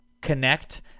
connect